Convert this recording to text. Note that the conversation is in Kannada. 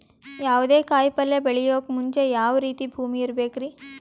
ಯಾವುದೇ ಕಾಯಿ ಪಲ್ಯ ಬೆಳೆಯೋಕ್ ಮುಂಚೆ ಯಾವ ರೀತಿ ಭೂಮಿ ಇರಬೇಕ್ರಿ?